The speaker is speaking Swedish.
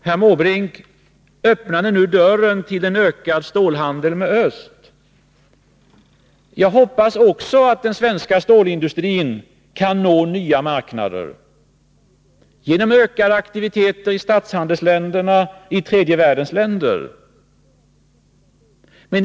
Herr Måbrink öppnade nu dörren till en ökad stålhandel med öst. Jag hoppas också att den svenska stålindustrin kan nå nya marknader genom ökade aktiviteter i statshandelsländerna och i tredje världens länder.